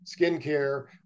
skincare